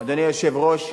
אדוני היושב-ראש,